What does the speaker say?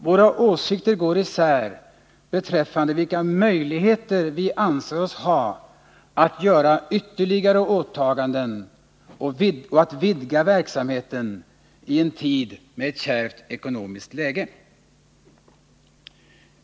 Våra åsikter går isär beträffande vilka möjligheter vi anser oss ha att göra ytterligare åtaganden och att vidga verksamheten i en tid med ett kärvt ekonomiskt läge.